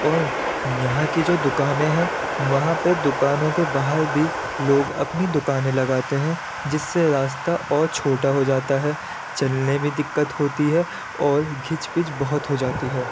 اور یہاں کی جو دکانیں ہیں وہاں پہ دکانوں کے باہر بھی لوگ اپنی دکانیں لگاتے ہیں جس سے راستہ اور چھوٹا ہو جاتا ہے چلنے میں دقت ہوتی ہے اور گھچ پچ بہت ہو جاتی ہے